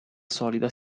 solida